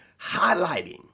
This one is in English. highlighting